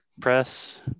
press